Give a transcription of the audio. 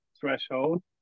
threshold